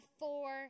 four